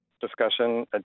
discussion